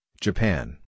Japan